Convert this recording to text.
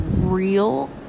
real